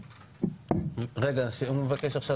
רגע אם הוא מבקש עכשיו,